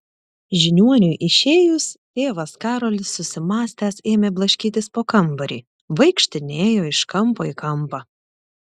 žiniuoniui išėjus tėvas karolis susimąstęs ėmė blaškytis po kambarį vaikštinėjo iš kampo į kampą